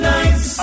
Nights